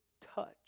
touch